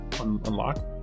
unlock